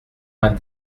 vingt